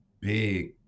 big